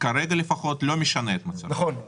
לא מסדיר את כל הדברים האלה,